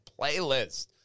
playlist